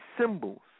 symbols